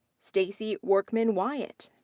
stacy workman-wyatt.